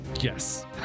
Yes